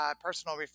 personal